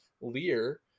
Lear